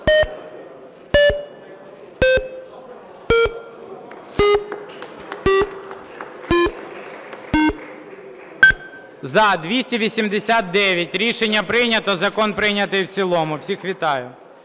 За-289 Рішення прийнято. Закон прийнятий в цілому. Всіх вітаю.